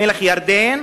מלך ירדן,